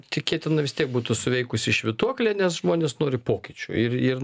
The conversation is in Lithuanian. tikėtina vis tiek būtų suveikusi švytuoklė nes žmonės nori pokyčių ir ir